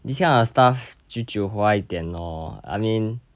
these kind of stuff 句句话一点 lor I mean